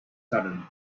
sudden